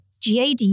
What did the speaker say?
GAD